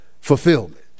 fulfillment